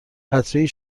قطرهای